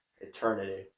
eternity